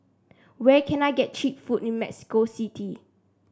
where can I get cheap food in Mexico City